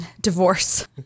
Divorce